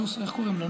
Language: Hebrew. איך קוראים לו,